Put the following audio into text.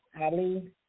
Ali